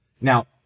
Now